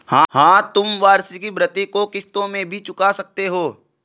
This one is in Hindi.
हाँ, तुम वार्षिकी भृति को किश्तों में भी चुका सकते हो